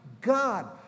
God